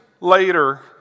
later